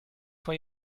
for